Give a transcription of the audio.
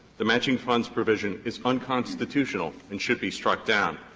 the matching funds provision is unconstitutional and should be struck down.